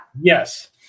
Yes